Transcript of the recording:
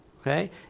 Okay